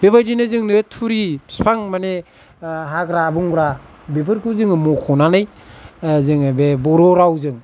बेबायदिनो जोंनो थुरि बिफां माने हाग्रा बंग्रा बेफोरखौ जोङो मख'नानै जोङो बे बर' रावजों